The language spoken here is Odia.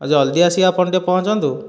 ଜଲଦି ଆସିକି ଆପଣ ଟିକେ ପହଞ୍ଚନ୍ତୁ